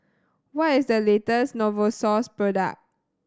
what is the latest Novosource product